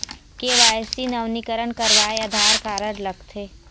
KYC नवीनीकरण करवाये Aadhaar card लगथे?